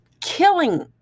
killing